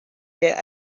that